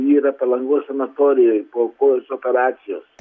yra palangos sanatorijoj po kojos operacijos